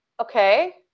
okay